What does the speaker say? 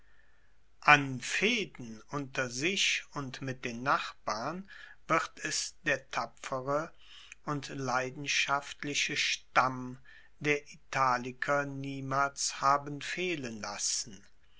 an fehden unter sich und mit den nachbarn wird es der tapfere und leidenschaftliche stamm der italiker niemals haben fehlen lassen